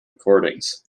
recordings